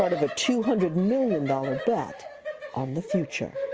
of a two hundred million dollars bet on the future.